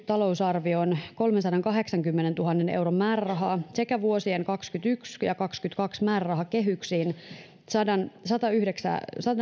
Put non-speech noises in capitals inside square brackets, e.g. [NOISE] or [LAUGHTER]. [UNINTELLIGIBLE] talousarvioon kolmensadankahdeksankymmenentuhannen euron määrärahaa sekä vuosien kaksikymmentäyksi ja kaksikymmentäkaksi määrärahakehyksiin satayhdeksänkymmentätuhatta [UNINTELLIGIBLE]